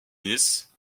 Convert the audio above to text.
tennis